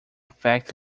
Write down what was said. fact